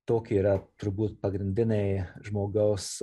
toki yra turbūt pagrindiniai žmogaus